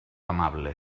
amable